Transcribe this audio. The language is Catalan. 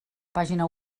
pàgina